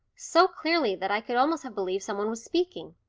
so clearly that i could almost have believed some one was speaking.